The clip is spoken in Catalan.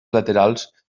laterals